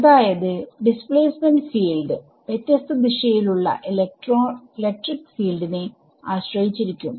അതായത് displacement field വ്യത്യാസത ദിശയിലുള്ള ഇലക്ട്രിക് ഫീൽഡ് നെ ആശ്രയിച്ചിരിക്കും